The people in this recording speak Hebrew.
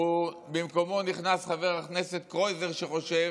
במקומו נכנס חבר הכנסת קרויזר, שחושב